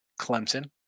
Clemson